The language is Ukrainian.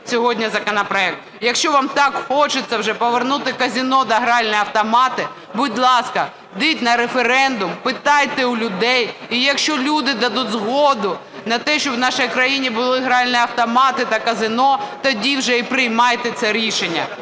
сьогодні законопроект. Якщо вам так хочеться вже повернути казино та гральні автомати, будь ласка, йдіть на референдум, питайте у людей, і, якщо люди дадуть згоду на те, щоб в нашій країні були гральні автомати та казино, тоді вже й приймайте це рішення.